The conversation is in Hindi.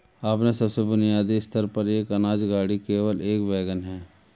अपने सबसे बुनियादी स्तर पर, एक अनाज गाड़ी केवल एक वैगन है